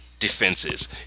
Defenses